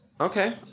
Okay